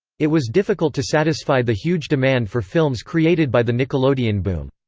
it was difficult to satisfy the huge demand for films created by the nickelodeon boom.